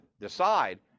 decide